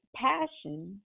passion